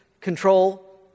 Control